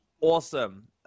awesome